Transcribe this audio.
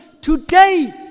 Today